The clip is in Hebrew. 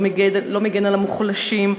לא מגן על המוחלשים,